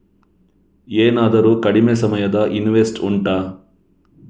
ಏನಾದರೂ ಕಡಿಮೆ ಸಮಯದ ಇನ್ವೆಸ್ಟ್ ಉಂಟಾ